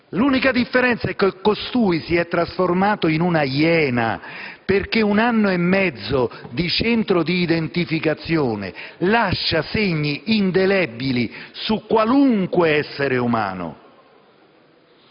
L'unica differenza è che costui si è trasformato in una iena, perché un anno e mezzo di centro di identificazione lascia segni indelebili su qualunque essere umano!